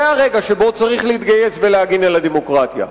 זה הרגע שבו צריך להתגייס ולהגן על הדמוקרטיה.